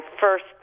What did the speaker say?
first